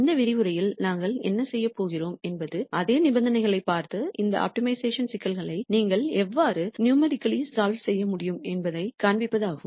இந்த விரிவுரையில் நாங்கள் என்ன செய்யப் போகிறோம் என்பது அதே நிபந்தனைகளைப் பார்த்து இந்த ஆப்டிமைசேஷன் சிக்கல்களை நீங்கள் எவ்வாறு நியூ மரிகளி ஆய்வு செய்ய முடியும் என்பதைக் காண்பிப்பதாகும்